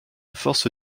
force